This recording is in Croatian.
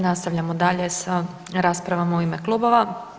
Nastavljamo dalje sa raspravama u ime Klubova.